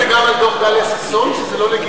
אני אומר גם על הדוח של טליה ששון.